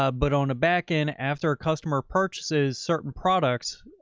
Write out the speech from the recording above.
ah but on a back end, after a customer purchases, certain products,